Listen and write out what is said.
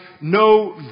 no